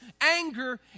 anger